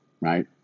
right